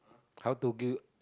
how to go